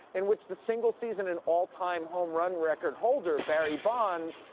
in which the single season and all-time home run record holder, barry bonds,